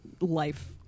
life